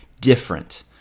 different